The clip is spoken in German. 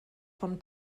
von